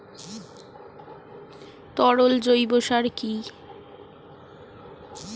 তরল জৈব সার কি?